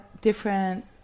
different